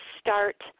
start